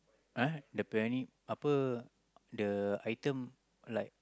uh the punya ini apa the item like